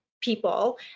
people